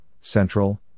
Central